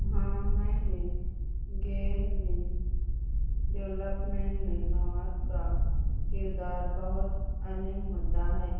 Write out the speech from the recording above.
ہاں میں نے گیم میں ڈیولپمینٹ میں مواد کا کردار بہت اہم ہوتا ہے